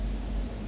orh 为什么